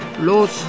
los